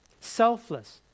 selfless